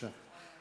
בבקשה.